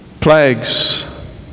Plagues